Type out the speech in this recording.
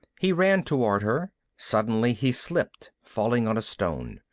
he ran toward her. suddenly he slipped, falling on a stone.